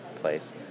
place